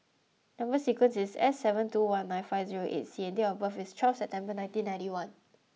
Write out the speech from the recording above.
number sequence is S seven two one nine five zero eight C and date of birth is twelve September nineteen ninety one